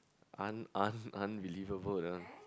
un~ un~ un~ unbelievable that one